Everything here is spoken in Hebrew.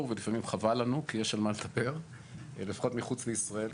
ולפעמים חבל לנו כי יש על מה לספר לפחות מחוץ לישראל,